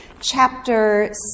chapter